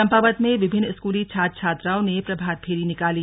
चम्पावत में विभिन्न स्कूली छात्र छात्राओं ने प्रभातफेरी निकाली